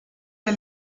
der